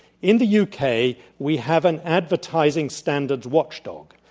in the u. k. we have an advertizing standards watchdog,